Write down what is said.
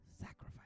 sacrifice